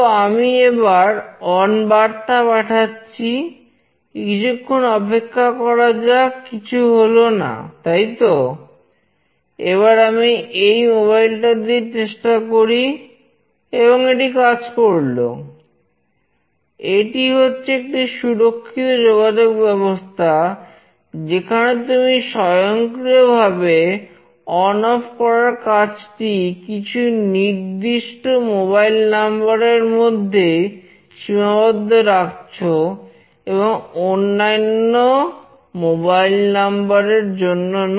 আমি এবার এই মোবাইল এর জন্য নয়